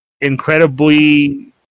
Incredibly